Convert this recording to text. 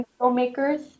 filmmakers